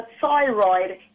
thyroid